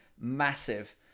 massive